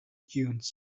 dunes